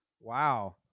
wow